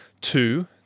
Two